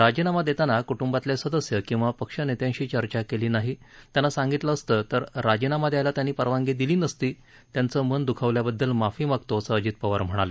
राजीनामा देताना क्टुंबातले सदस्य किंवा पक्षनेत्यांशी चर्चा केली नाही त्यांना सांगितलं असतं तर राजीनामा द्यायला त्यांनी परवानगी दिली नसती त्यांचं मन द्खावल्याबद्दल माफी मागतो असं अजित पवार म्हणाले